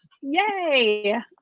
yay